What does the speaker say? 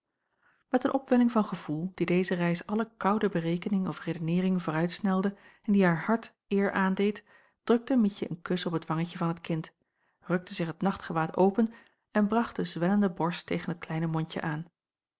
met een opwelling van gevoel die deze reis alle koude berekening of redeneering vooruitsnelde en die haar hart eer aandeed drukte mietje een kus op het wangetje van het kind rukte zich het nachtgewaad open en bracht de zwellende borst tegen het kleine mondje aan